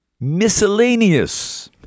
miscellaneous